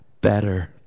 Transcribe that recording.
better